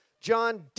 John